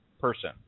person